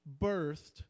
birthed